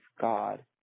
God